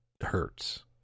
hurts